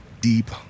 deep